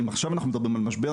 אם עכשיו אנחנו מדברים על משבר,